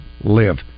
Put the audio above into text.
live